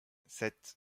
sept